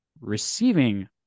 receiving